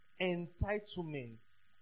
entitlement